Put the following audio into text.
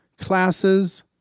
classes